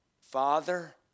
Father